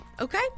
Okay